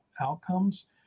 outcomes